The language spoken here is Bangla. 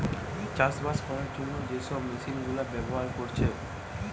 চাষবাস কোরার জন্যে যে সব মেশিন গুলা ব্যাভার কোরছে